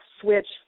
switch